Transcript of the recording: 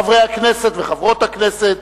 חברי הכנסת וחברות הכנסת,